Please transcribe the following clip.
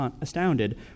astounded